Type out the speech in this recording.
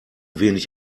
wenig